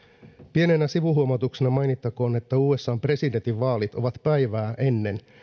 pienenä sivuhuomautuksena mainittakoon että usan presidentinvaalit ovat päivää ennen